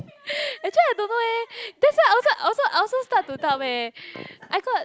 actually I don't know eh that's why I also I also I also start to doubt eh I got